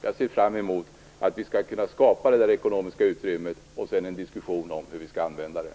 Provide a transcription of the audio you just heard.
Jag ser fram emot att vi skall kunna skapa ett sådant ekonomiskt utrymme och diskussionen om hur vi skall använda det.